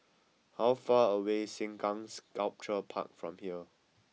how far away is Sengkang Sculpture Park from here